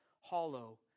hollow